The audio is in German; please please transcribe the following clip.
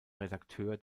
redakteur